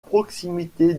proximité